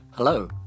Hello